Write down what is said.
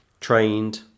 Trained